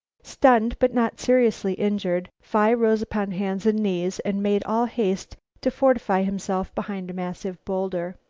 stunned, but not seriously injured, phi rose upon hands and knees and made all haste to fortify himself behind a massive bowlder.